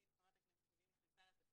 חברת הכנסת ניבין אבו רחמון עת נכנסה לתפקיד,